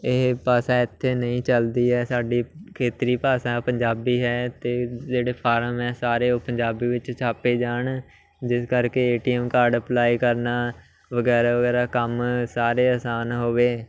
ਇਹ ਭਾਸ਼ਾ ਇੱਥੇ ਨਹੀਂ ਚੱਲਦੀ ਹੈ ਸਾਡੀ ਖੇਤਰੀ ਭਾਸ਼ਾ ਪੰਜਾਬੀ ਹੈ ਅਤੇ ਜਿਹੜੇ ਫਾਰਮ ਹੈ ਸਾਰੇ ਉਹ ਪੰਜਾਬੀ ਵਿੱਚ ਛਾਪੇ ਜਾਣ ਜਿਸ ਕਰਕੇ A T M card apply ਕਰਨਾ ਵਗੈਰਾ ਵਗੈਰਾ ਕੰਮ ਸਾਰੇ ਆਸਾਨ ਹੋਵੇ